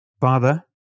Father